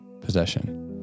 possession